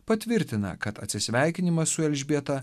patvirtina kad atsisveikinimas su elžbieta